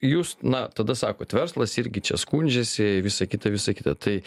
jūs na tada sakot verslas irgi čia skundžiasi visa kita visa kita tai